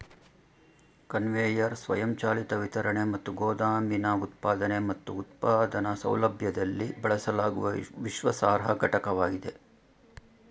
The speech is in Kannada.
ಕನ್ವೇಯರ್ ಸ್ವಯಂಚಾಲಿತ ವಿತರಣೆ ಮತ್ತು ಗೋದಾಮಿನ ಉತ್ಪಾದನೆ ಮತ್ತು ಉತ್ಪಾದನಾ ಸೌಲಭ್ಯದಲ್ಲಿ ಬಳಸಲಾಗುವ ವಿಶ್ವಾಸಾರ್ಹ ಘಟಕವಾಗಿದೆ